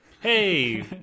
Hey